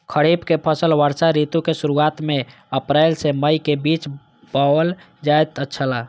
खरीफ के फसल वर्षा ऋतु के शुरुआत में अप्रैल से मई के बीच बौअल जायत छला